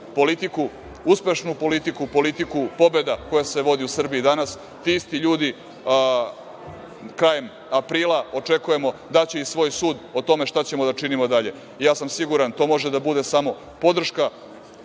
politiku, uspešnu politiku, politiku pobeda koja se vodi u Srbiji danas, ti isti ljudi krajem aprila, očekujemo, daće i svoj sud o tome šta ćemo da činimo dalje. Ja sam siguran da to može da bude samo podrška